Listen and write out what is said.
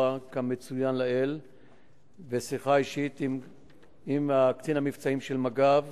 כמצוין לעיל ושיחה אישית עם קצין המבצעים של מג"ב